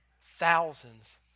thousands